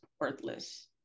worthless